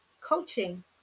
Coaching